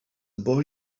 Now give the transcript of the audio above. boy